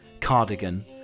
cardigan